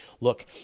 look